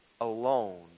alone